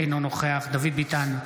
אינו נוכח דוד ביטן,